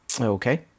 Okay